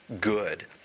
good